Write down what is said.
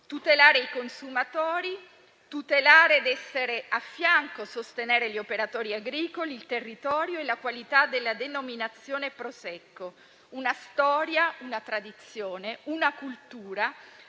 tutelare i consumatori, tutelare ed essere a fianco e sostenere gli operatori agricoli, il territorio e la qualità della denominazione Prosecco. Una storia, una tradizione, una cultura,